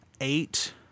eight